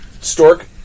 Stork